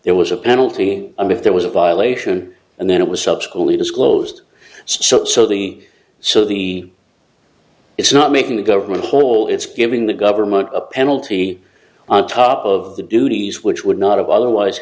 there was a penalty and if there was a violation and then it was subsequently disclosed so so the so the it's not making the government whole it's giving the government a penalty on top of the duties which would not have otherwise